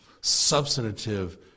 substantive